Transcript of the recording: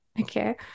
okay